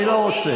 אני לא רוצה.